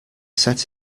set